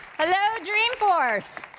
hello, dreamforce!